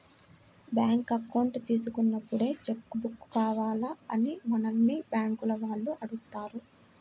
bank account తీసుకున్నప్పుడే cheque book కావాలా అని మనల్ని బ్యేంకుల వాళ్ళు అడుగుతారు